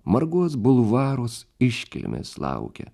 margus bulvarus iškilmės laukia